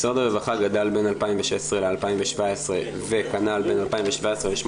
משרד הרווחה גדל בין 2016-2017 וכנ"ל בין 2017-2018